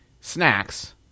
snacks